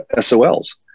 SOLs